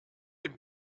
dem